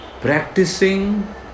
practicing